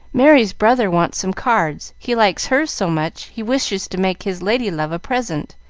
merry's brother wants some cards. he liked hers so much he wishes to make his lady-love a present.